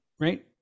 right